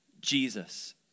Jesus